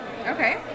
Okay